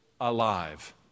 alive